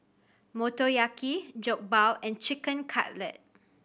Motoyaki Jokbal and Chicken Cutlet